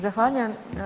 Zahvaljujem.